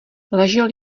ležel